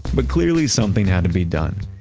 but clearly something had to be done.